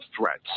threats